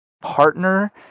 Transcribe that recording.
partner